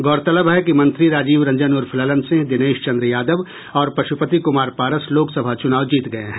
गौरतलब है कि मंत्री राजीव रंजन उर्फ ललन सिंह दिनेशचंद्र यादव और पशुपति कुमार पारस लोकसभा चुनाव जीत गये हैं